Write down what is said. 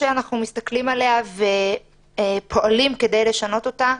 שאנחנו מסתכלים עליה ופועלים כדי לשנות אותה,